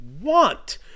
want